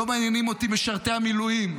לא מעניינים אותי משרתי המילואים,